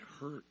hurt